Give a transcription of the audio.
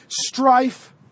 strife